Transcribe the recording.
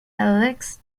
alex